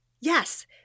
yes